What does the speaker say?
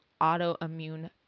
autoimmune